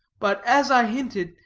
but, as i hinted,